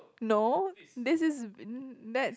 no this is